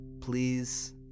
please